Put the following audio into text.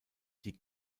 die